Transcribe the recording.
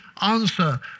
answer